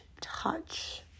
touch